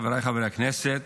חבריי חברי הכנסת,